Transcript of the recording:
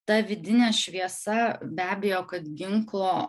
ta vidinė šviesa be abejo kad ginklo